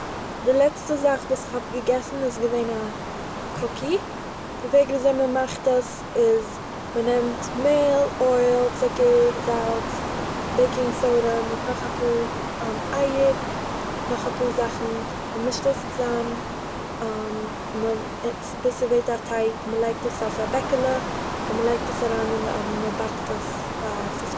די לעצטע זאך וואס כ'האב געגעסן איז געוועהן א... קוקי די וועג ווי אזוי מ'מאכט איז איז מ'נעמט מעהל אויל ציקער זאלץ בעיקונג סאדא מיט נאך אפאהר אייער, נאך אפאהר זאכן, מ'מישט עס צאם מ' ביז ס'ווערט א טייג, מ'לייגט עס אויף א בעקעלע און מ'לייגט עס אריין אין די אווען מ'באקט עס פאר פיפצען צוואנציג מינוט.